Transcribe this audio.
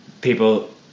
people